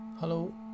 Hello